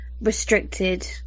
restricted